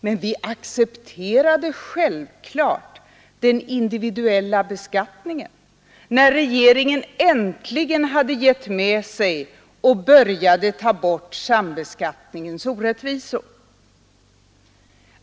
Men vi accepterade självfallet den individuella beskattningen när regeringen äntligen hade givit med sig och började ta bort sambeskattningens orättvisor.